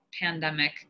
pandemic